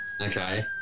Okay